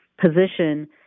position